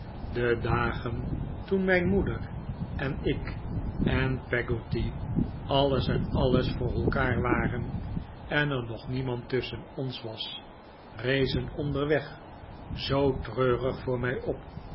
de dagen toen mijn moeder en ik en peggotty alles en alles voor elkaar waren en er nog niemand tusschen ons was rezen onderweg zoo treurig voor mij op